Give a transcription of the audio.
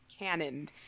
canoned